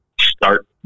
start